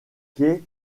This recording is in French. quai